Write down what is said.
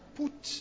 put